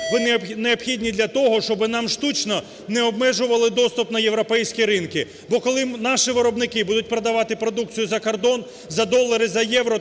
Вони необхідні для того, щоб нам штучно не обмежували доступ на європейські ринки. Бо коли наші виробники будуть продавати продукцію за кордон за долари, за євро,